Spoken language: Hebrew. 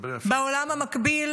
בעולם המקביל